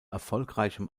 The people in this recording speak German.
erfolgreichem